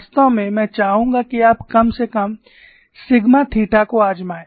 वास्तव में मैं चाहूंगा कि आप कम से कम सिग्मा थीटा को आज़माएं